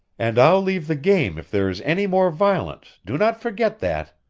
and i'll leave the game if there is any more violence do not forget that!